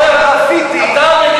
טרור.